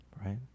Right